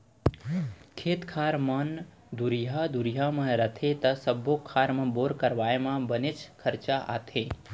खेत खार मन दुरिहा दुरिहा म रही त सब्बो खार म बोर करवाए म बनेच खरचा आथे